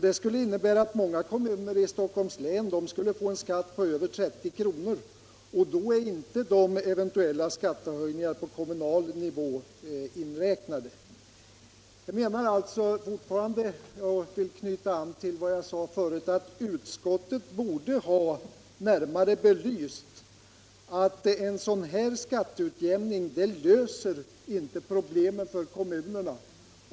Det skulle innebära att många kommuner i Stockholms län skulle få en skatt på över 30 kr., och då är inte eventuella skattehöjningar på kommunal nivå inräknade. Jag menar alltså fortfarande, och vill knyta an till vad jag sade förut, att utskottet borde ha närmare belyst att en sådan här skatteutjämning inte löser problemen för kommunerna.